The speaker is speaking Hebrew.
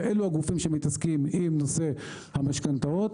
ואלה הגופים שמתעסקים בנושא המשכנתאות